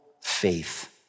faith